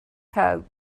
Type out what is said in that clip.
coat